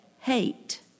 hate